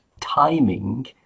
timing